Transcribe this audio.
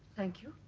thank you